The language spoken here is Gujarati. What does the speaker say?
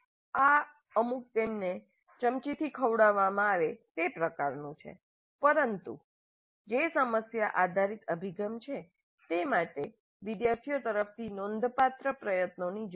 આ તેમણે ચમચીથી ખવડાવવામાં આવે તે પ્રકારનું છે પરંતુ જે સમસ્યા આધારિત અભિગમ છે તે માટે વિદ્યાર્થી તરફથી નોંધપાત્ર પ્રયત્નોની જરૂર છે